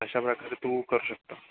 अशा प्रकारे तू करू शकतो